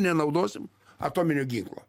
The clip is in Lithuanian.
nenaudosim atominio ginklo